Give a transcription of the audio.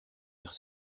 vers